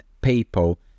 people